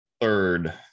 third